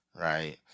right